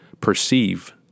perceive